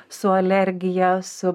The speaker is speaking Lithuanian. su alergija su